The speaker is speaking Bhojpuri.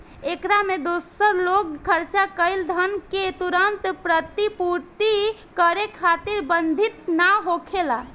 एकरा में दूसर लोग खर्चा कईल धन के तुरंत प्रतिपूर्ति करे खातिर बाधित ना होखेला